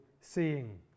seeing